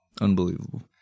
Unbelievable